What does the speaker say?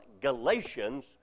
Galatians